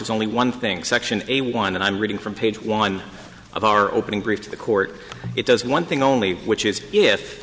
es only one thing section eighty one and i'm reading from page one of our opening brief to the court it does one thing only which is if